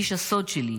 איש הסוד שלי,